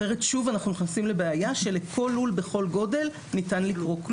כי אחרת שוב אנחנו נכנסים לבעיה שלכל לול בכל גודל ניתן לקרוא כלוב.